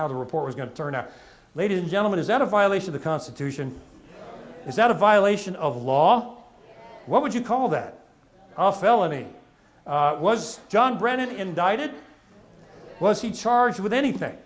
how the report was going to turn out ladies and gentlemen is that a violation of the constitution is that a violation of law what would you call that a felony was john brennan indicted was he charged with anything